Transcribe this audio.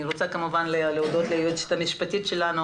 אני רוצה כמובן להודות ליועצת המשפטית שלנו